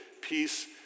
peace